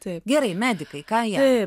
gerai medikai ką jie